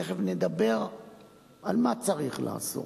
תיכף נדבר על מה צריך לעשות